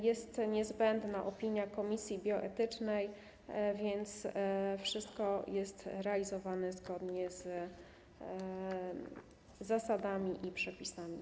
Jest również niezbędna opinia komisji bioetycznej, więc wszystko jest realizowane zgodnie z zasadami i przepisami.